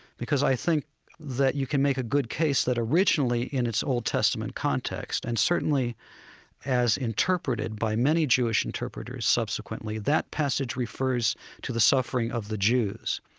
because i think that you can make a good case that originally in its old testament context, and certainly as interpreted by many jewish interpreters subsequently, that passage refers to the suffering of the jews.